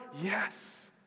Yes